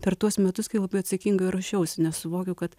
per tuos metus kai labai atsakingai ruošiausi nes suvokiau kad